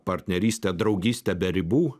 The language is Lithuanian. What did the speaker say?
partnerystę draugystę be ribų